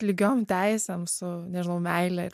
lygiom teisėm su nežinau meilę ir